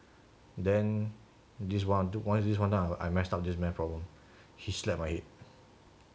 then this this one time I mess up this math problem he slap my head